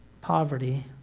poverty